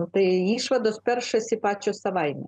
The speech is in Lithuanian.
išvados peršasi pačios savaime